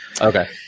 Okay